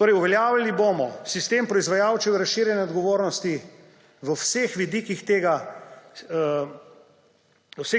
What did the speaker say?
Torej, uveljavljali bomo sistem proizvajalčeve razširjene odgovornosti v vseh